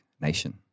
nation